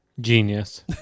Genius